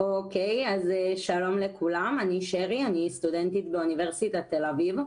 שלום לכולם, אני סטודנטית באוניברסיטת תל אביב.